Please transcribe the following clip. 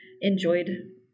enjoyed